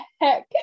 heck